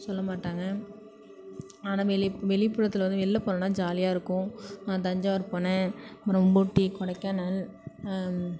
சொல்ல மாட்டாங்க ஆனால் வெளி வெளிப்புறத்தில் வந்து வெளில போனோம்னால் ஜாலியாக இருக்கும் நான் தஞ்சாவூர் போனேன் அப்புறம் ஊட்டி கொடைக்கானல்